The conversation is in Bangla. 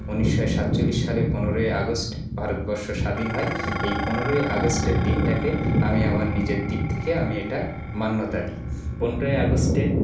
উন্নিশশো সাতচল্লিশ সালে পনেরোই আগস্ট ভারতবর্ষ স্বাধীন হয় এই পনেরোই আগস্টের দিনটাকে আমি আমার নিজের দিক থেকে আমি এটা মান্যতা দিই পনেরোই আগস্টে